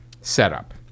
setup